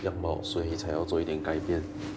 样貌所以才要做一点改变